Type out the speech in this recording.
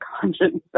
conscience